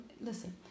listen